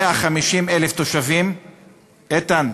איתן,